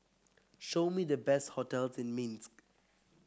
show me the best hotels in Minsk